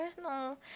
no